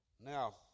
Now